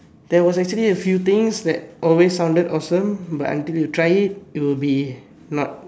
there was actually a few things that always sounded awesome but until you try it it will be not